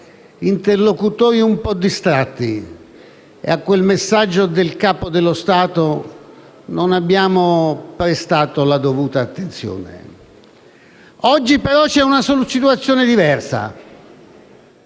interlocutori un po' distratti e a quel messaggio del Capo dello Stato non abbiamo prestato la dovuta attenzione. Oggi però c'è una situazione diversa.